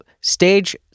stage